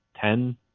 ten